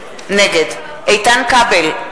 נגד איתן כבל,